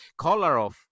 Kolarov